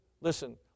listen